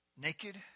naked